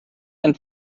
einen